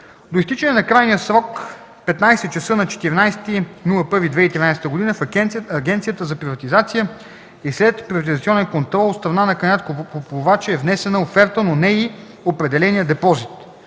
До изтичане на крайния срок – 15,00 ч. на 14.01.2013 г., в Агенцията за приватизация и следприватизационен контрол от страна на кандидат-купувача е внесена оферта, но не и определеният депозит.